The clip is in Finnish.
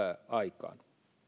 aikaan